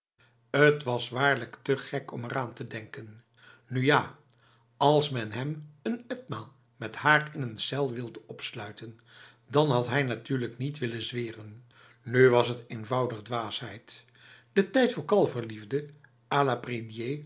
t was waarlijk te gek om eraan te denken nu ja als men hem een etmaal met haar in n cel wilde opsluiten dan had hij natuurlijk niet willen zweren nu was het eenvoudig dwaasheid de tijd voor kalverenliefde a la prédier